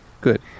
good